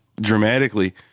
dramatically